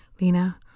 Lena